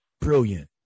brilliant